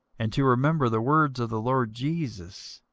and to remember the words of the lord jesus,